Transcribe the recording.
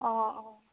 অঁ অঁ